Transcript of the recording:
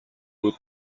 بود